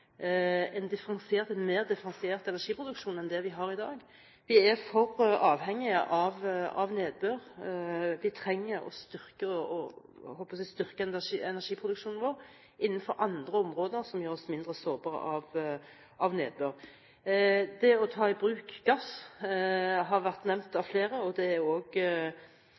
en mer differensiert energiproduksjon enn det vi har i dag. Vi er for avhengige av nedbør. Vi trenger å styrke energiproduksjonen vår innenfor andre områder, som gjør oss mindre sårbare og avhengige av nedbør. Det å ta i bruk gass har vært nevnt av flere. Det er